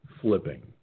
flipping